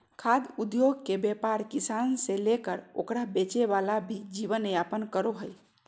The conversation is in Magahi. खाद्य उद्योगके व्यापार किसान से लेकर ओकरा बेचे वाला भी जीवन यापन करो हइ